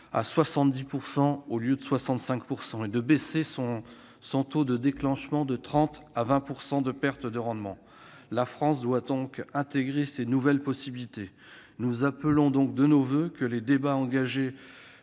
à 70 % au lieu de 65 % et de baisser le seuil de déclenchement de 30 % à 20 % de perte de rendement. La France doit intégrer ces nouvelles possibilités. Nous souhaitons vivement que les débats engagés